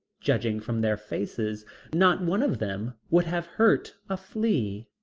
judging from their faces not one of them would have hurt a flea.